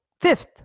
fifth